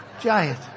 giant